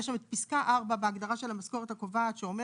יש שם את פסקה 4 בהגדרה של המשכורת הקובעת,